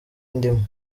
ndimo